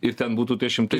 ir ten būtų tie šimtai